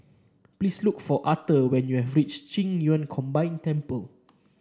please look for Authur when you have reach Qing Yun Combine Temple